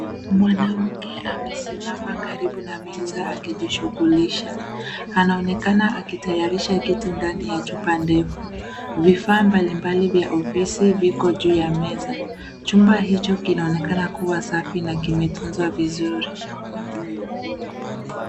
Mwanamke amesimama karibu na meza akijishughulisha anaonekana akitayarisha kitu ndani ya juba ndefu, vifaa mbali mbali vya ofisi viko juu ya meza, jumba hicho kinaonekana kuwa safi na kimetunzwa vizuri.